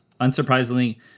Unsurprisingly